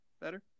better